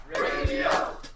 Radio